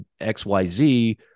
XYZ